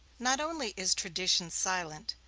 not only is tradition silent,